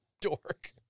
dork